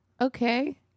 okay